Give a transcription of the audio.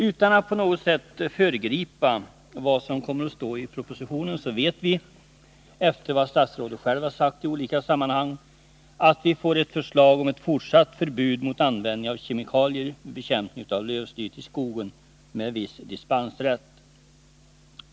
Utan att på något sätt föregripa vad som kommer att stå i propositionen vet vi, efter vad statsrådet själv har sagt i olika sammanhang, att vi får ett förslag om ett fortsatt förbud — med viss dispensrätt — mot användning av kemikalier vid bekämpningen av lövslyet i skogen.